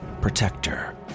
protector